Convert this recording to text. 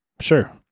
sure